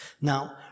Now